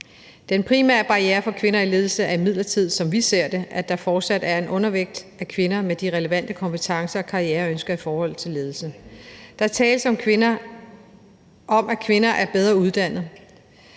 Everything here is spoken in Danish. Den primære barriere for kvinder i ledelse er imidlertid, som vi ser det, at der fortsat er en undervægt af kvinder med de relevante kompetencer og karriereønsker i forhold til ledelse. Der tales om, at kvinder er bedre uddannet.